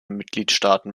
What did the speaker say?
mitgliedstaaten